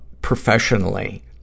professionally